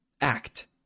act